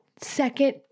second